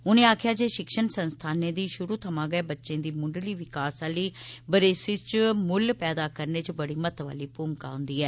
उनें आक्खेआ जे शिक्षण संस्थानें च शुरू थमां गै बच्चें दी मुंडली विकास आली बरेसु च मुल्ल पैदा करने च बड़ी महत्व आली भूमका नभाई जंदी ऐ